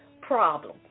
problem